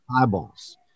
eyeballs